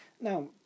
now